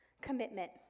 commitment